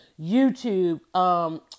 YouTube